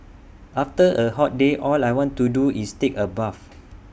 after A hot day all I want to do is take A bath